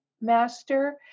master